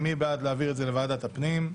מי בעד להעביר את זה לוועדת הפנים?